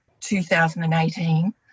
2018